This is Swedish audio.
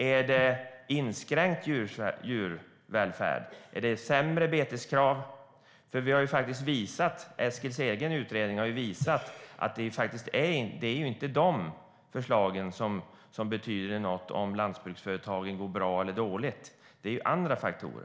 Är det inskränkt djurvälfärd? Är det sämre beteskrav? Eskils egen utredning har ju visat att det inte är dessa förslag som betyder något för om lantbruksföretagen går bra eller dåligt, utan det är andra faktorer.